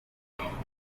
indwara